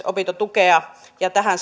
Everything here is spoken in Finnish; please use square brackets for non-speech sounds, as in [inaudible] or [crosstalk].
[unintelligible] opintotukea ja tähän [unintelligible]